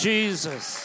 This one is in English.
Jesus